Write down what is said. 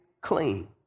clean